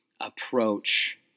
approach